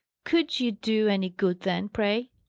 could you do any good then, pray?